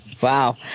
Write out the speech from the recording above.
Wow